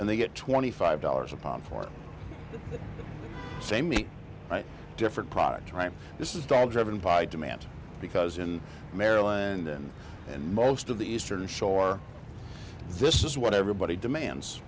and they get twenty five dollars a pound for samy different products right this is dog driven by demand because in maryland and most of the eastern shore this is what everybody demands